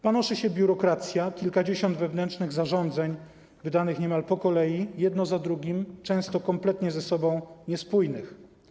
Panoszy się biurokracja, kilkadziesiąt wewnętrznych zarządzeń wydanych niemal po kolei, jedno za drugim, często kompletnie ze sobą niespójnych.